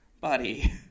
buddy